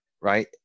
right